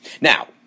Now